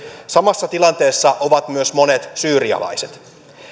samassa tilanteessa ovat myös monet syyrialaiset